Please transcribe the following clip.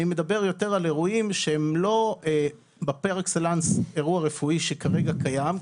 אני מדבר יותר על אירועים שהם לא בפר אקסלנס אירוע רפואי שכרגע קיים,